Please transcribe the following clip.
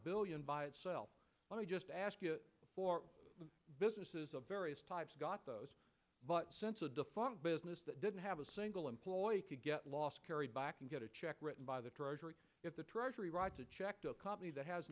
billion by itself let me just ask for businesses of various types got those but since a defunct business that didn't have a single employee could get lost carry back and get a check written by the treasury at the treasury write a check to a company that has